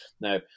now